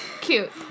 Cute